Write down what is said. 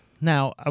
Now